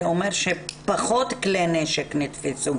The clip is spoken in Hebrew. אומר שפחות כלי נשק נתפסו.